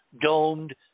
domed